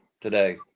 today